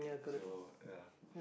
so ya